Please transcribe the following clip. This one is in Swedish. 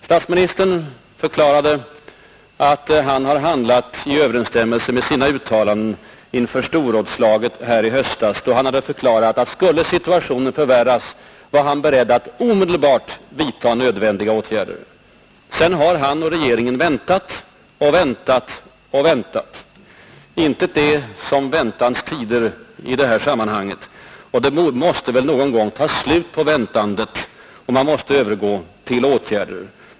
Statsministern betonade att han har handlat i överensstämmelse med sina uttalanden inför storrådslaget här i höstas, då han hade förklarat att skulle situationen förvärras, var han beredd att omedelbart vidta nödvändiga åtgärder. Sedan har han och regeringen väntat, väntat och väntat. Intet är som väntans tider i det här sammanhanget, men det måste väl någon gång vara slut på väntandet; man måste övergå till att vidta åtgärder.